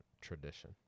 Tradition